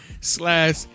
slash